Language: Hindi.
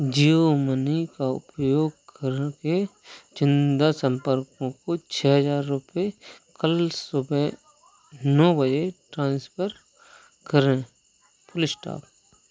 जियो मनी का उपयोग करके चुनिंदा संपर्कों को छ हजार रुपये कल सुबह नौ बजे ट्रांसफ़र करें फुल स्टॉप